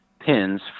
pins